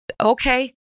Okay